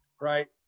right